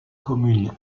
commune